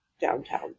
downtown